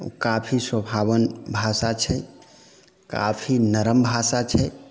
ओ काफी सोहावन भाषा छै काफी नरम भाषा छै